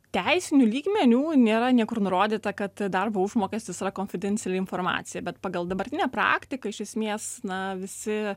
teisiniu lygmeniu nėra niekur nurodyta kad darbo užmokestis yra konfidenciali informacija bet pagal dabartinę praktiką iš esmės na visi